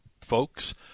folks